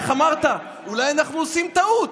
איך אמרת, אולי אנחנו עושים טעות.